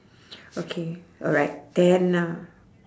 okay alright then uh